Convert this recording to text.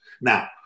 Now